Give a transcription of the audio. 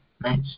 Nice